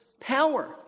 power